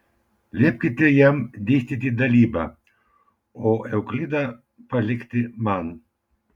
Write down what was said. liepkite jam dėstyti dalybą o euklidą palikti man